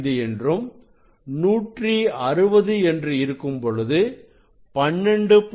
5 என்றும் 160 என்று இருக்கும்பொழுது 12